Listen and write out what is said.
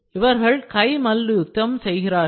இவர்கள் கை மல்யுத்தம் செய்கிறார்கள்